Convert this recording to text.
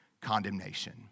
condemnation